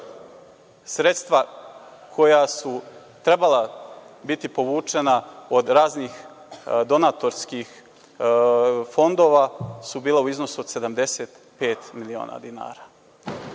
Sredstva koja su trebala biti povučena od raznih donatorskih fondova su bila u iznosu od 75 miliona dinara.